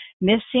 missing